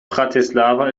bratislava